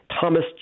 Thomas